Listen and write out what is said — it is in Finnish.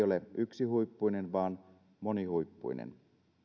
ole yksihuippuinen vaan monihuippuinen